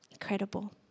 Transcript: Incredible